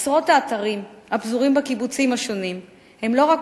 עשרות האתרים הפזורים בקיבוצים השונים הם לא רק